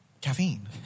Caffeine